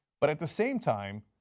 but at the same time,